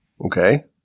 Okay